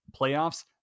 Playoffs